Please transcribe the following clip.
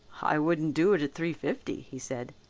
i wouldn't do it at three-fifty he said.